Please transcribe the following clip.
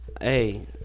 Hey